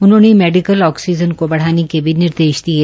उन्होंने medical oxygen को बढ़ाने के भी निर्देश दिये